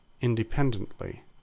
independently